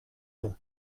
nom